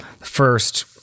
first